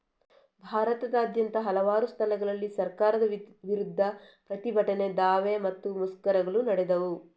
ಭಾರತದಾದ್ಯಂತ ಹಲವಾರು ಸ್ಥಳಗಳಲ್ಲಿ ಸರ್ಕಾರದ ವಿರುದ್ಧ ಪ್ರತಿಭಟನೆ, ದಾವೆ ಮತ್ತೆ ಮುಷ್ಕರಗಳು ನಡೆದವು